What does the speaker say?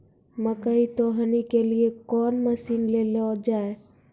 मकई तो हनी के लिए कौन मसीन ले लो जाए?